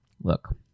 Look